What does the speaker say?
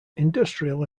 industrial